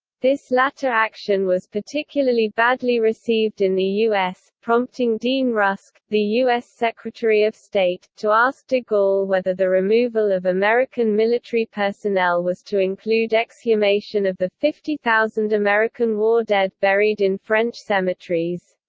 this latter action was particularly badly received in the us, prompting dean rusk, the us secretary of state, to ask de gaulle whether the removal of american military personnel was to include exhumation of the fifty thousand american war dead buried in french cemeteries.